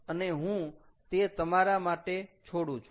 અને હું તે તમારા માટે છોડું છું